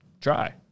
try